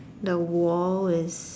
the wall is